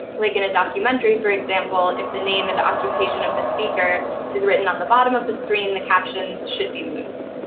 like in a documentary, for example, if the name and the occupation of the speaker is written on the bottom of the screen, the captions should be moved.